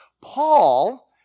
Paul